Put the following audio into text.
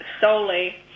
solely